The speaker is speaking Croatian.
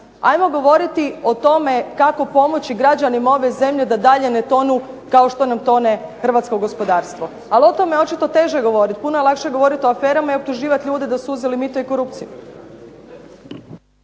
ajmo govoriti o tome kako ćemo pomoći građanima ove zemlje da ne tonu kao što nam tone hrvatsko gospodarstvo. Ali o tome je očito teže govoriti, puno je lakše govoriti o aferama i optuživati ljude da su uzeli mito i korupciju.